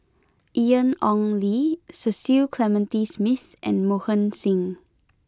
Ian Ong Li Cecil Clementi Smith and Mohan Singh